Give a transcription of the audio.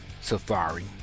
safari